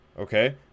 okay